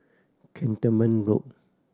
Cantonment Road